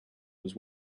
was